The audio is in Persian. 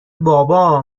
بابا